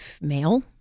male